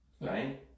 Right